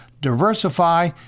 diversify